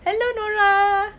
hello nora